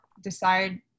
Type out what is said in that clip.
decide